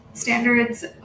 standards